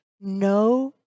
no